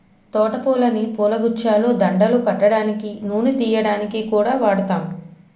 తోట పూలని పూలగుచ్చాలు, దండలు కట్టడానికి, నూనె తియ్యడానికి కూడా వాడుతాం